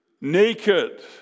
naked